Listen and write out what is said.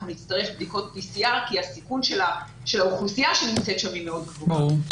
נצטרך בדיקות PCR כי הסיכון של האוכלוסייה שנמצאת שם הוא מאוד גבוה.